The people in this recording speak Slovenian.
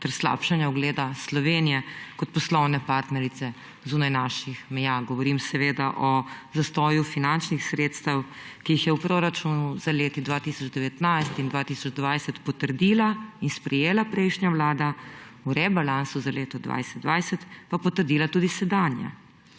ter slabšanja ugleda Slovenije kot poslovne partnerice zunaj naših meja. Govorim seveda o zastoju finančnih sredstev, ki jih je v proračunu za leti 2019 in 2020 potrdila in sprejela prejšnja vlada, v rebalansu za leto 2020 pa potrdila tudi sedanja.